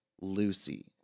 Lucy